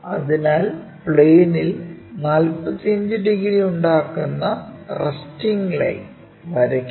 അതിനാൽ പ്ളേനിൽ 45 ഡിഗ്രി ഉണ്ടാക്കുന്ന റെസ്റ്റിംഗ് ലൈൻ വരയ്ക്കുക